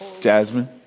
jasmine